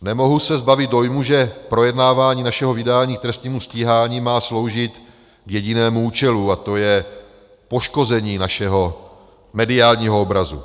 Nemohu se zbavit dojmu, že projednávání našeho vydání k trestnímu stíhání má sloužit k jedinému účelu, a to je poškození našeho mediálního obrazu.